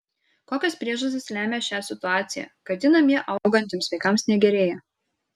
kokios priežastys lemia šią situaciją kad ji namie augantiems vaikams negerėja